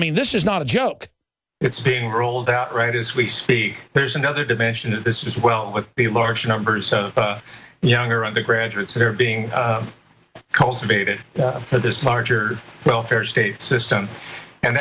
mean this is not a joke it's being rolled out right as we speak there's another dimension and this is well with the large numbers of younger undergraduates they're being cultivated for this larger welfare state system and